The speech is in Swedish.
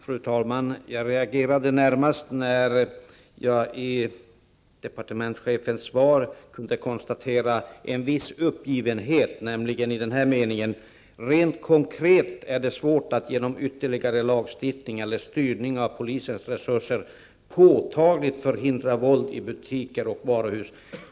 Fru talman! Jag reagerade närmast när jag i departementschefens svar kunde läsa en viss uppgivenhet, nämligen i meningen: ''Rent konkret är det svårt att genom ytterligare lagstiftning eller styrning av polisens resurser påtagligt förhindra våld i butiker och varuhus.''